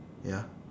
ya